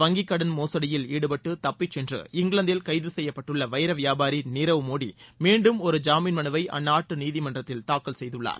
வங்கிக்கடன் மோசடியில் ஈடுபட்டு தப்பிச்சென்று இங்கிலாந்தில் கைது செய்யப்பட்டுள்ள வைர வியாபாரி நீரவ் மோடி மீண்டும் ஒரு ஜாமீன் மனுவை அந்நாட்டு நீதிமன்றத்தில் தாக்கல் செய்துள்ளார்